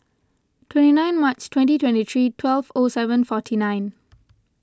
twenty nine March twenty twenty three twelve O seven forty nine